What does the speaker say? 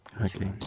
Okay